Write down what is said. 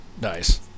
nice